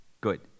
Good